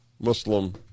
Muslim